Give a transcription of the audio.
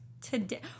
today